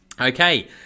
Okay